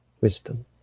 wisdom